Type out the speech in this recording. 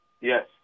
Yes